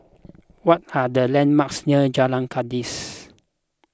what are the landmarks near Jalan Kandis